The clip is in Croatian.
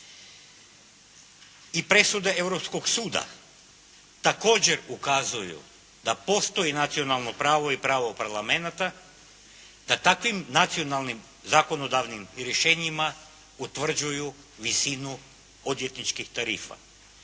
I presude Europskog suda također ukazuju da postoji nacionalno pravo i pravo parlamenata da takvim nacionalnim zakonodavnim i rješenjima utvrđuju visinu odvjetničkih tarifa